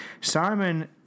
Simon